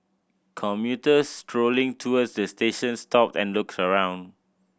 commuters strolling towards the station stopped and looked around